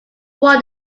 won